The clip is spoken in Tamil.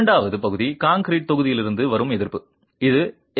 இரண்டாவது பகுதி கான்கிரீட் தொகுதியிலிருந்து வரும் எதிர்ப்பு இது 0